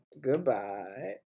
goodbye